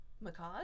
macaws